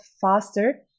faster